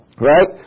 Right